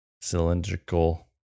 cylindrical